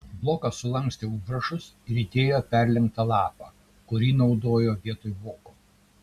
blokas sulankstė užrašus ir įdėjo į perlenktą lapą kurį naudojo vietoj voko